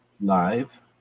live